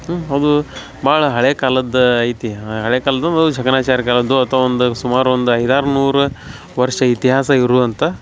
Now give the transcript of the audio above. ಅದೂ ಭಾಳ ಹಳೆಕಾಲದ್ದು ಐತಿ ಹಳೆಕಾಲ್ದ ಜಕಣಾಚಾರಿ ಕಾಲದ್ದು ಅಥವಾ ಒಂದು ಸುಮಾರು ಒಂದು ಐದಾರು ನೂರು ವರ್ಷ ಇತಿಹಾಸ ಇರುವಂಥ